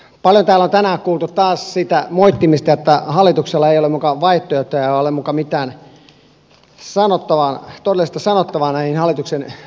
paljon täällä on tänään kuultu taas sitä moittimista että oppositiolla ei ole muka vaihtoehtoja ja ei ole muka mitään todellista sanottavaa näihin hallituksen esityksiin ja muihin